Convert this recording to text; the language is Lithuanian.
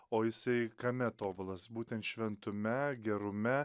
o jisai kame tobulas būtent šventume gerume